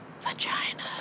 vagina